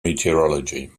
meteorology